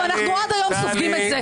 ואנחנו עד היום סופגים את זה,